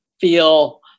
feel